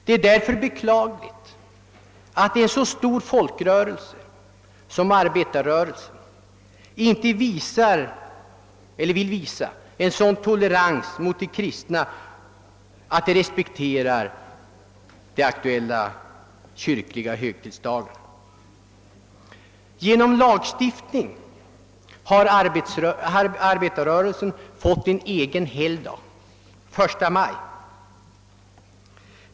Det är därför beklagligt att en så stor folkrörelse som arbetarrörelsen inte vill visa en sådan tolerans mot de kristna, att den respekterar de aktuella kyrkliga högtidsdagarna. Genom lagstiftning har arbetarrörelsen fått en egen helgdag — första maj.